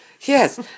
Yes